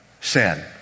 sin